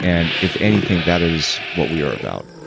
and if anything, that is what we are about,